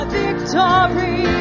victory